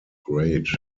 grade